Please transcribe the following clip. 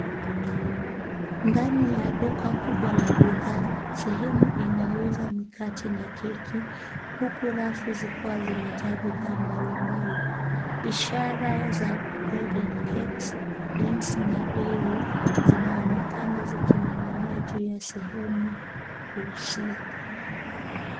Ndani ya duka kubwa la bidhaa sehemu inauza mikate na keki huku rafu zikiwa zimejaa bidhaa mbalimbali. Ishara za bread and cake , grains na dairy zinaonekana zikining'inia juu ya sehemu husika.